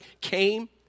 came